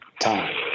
time